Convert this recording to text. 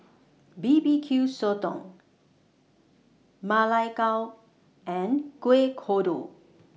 B B Q Sotong Ma Lai Gao and Kuih Kodok